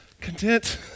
content